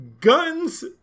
guns